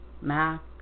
Mac